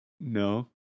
No